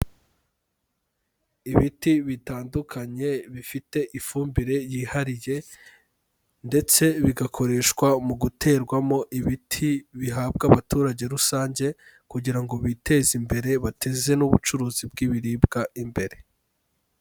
Ibiti bitandukanye bifite ifumbire yihariye ndetse bigakoreshwa mu guterwamo ibiti bihabwa abaturage rusange, kugira ngo biteze imbere bateze n'ubucuruzi bw'ibiribwa imbere.